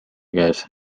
käes